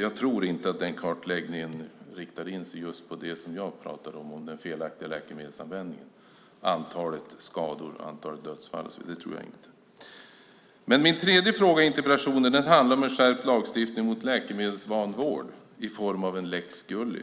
Jag tror dock inte att denna kartläggning riktar in sig på just det jag tog upp om den felaktiga läkemedelsanvändningen, antalet skador och dödsfall och så vidare. Min tredje fråga i interpellationen handlade om en skärpt lagstiftning mot läkemedelsvanvård i form av en lex Gulli.